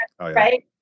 right